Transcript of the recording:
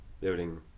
building